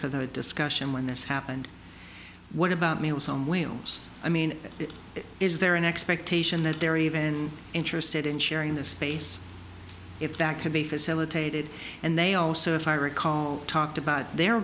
for the discussion when this happened what about meals on wheels i mean is there an expectation that they're even interested in sharing their space if that could be facilitated and they also if i recall talked about their